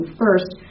first